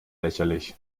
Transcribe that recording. lächerlich